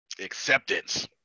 Acceptance